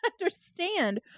understand